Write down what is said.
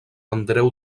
andreu